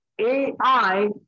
AI